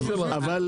כמו